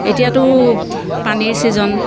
এতিয়াতো পানীৰ ছিজন